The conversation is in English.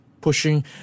pushing